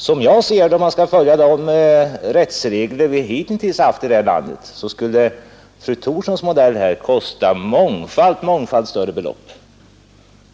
Som jag ser det, om man skall följa de rättsregler vi hitintills haft här i landet, skulle fru Thorssons modell här kosta mångfaldigt större belopp.